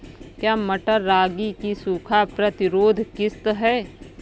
क्या मटर रागी की सूखा प्रतिरोध किश्त है?